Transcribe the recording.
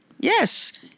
yes